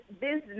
business